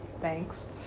thanks